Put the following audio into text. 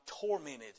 tormented